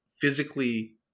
physically